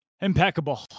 Impeccable